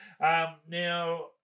Now